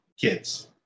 kids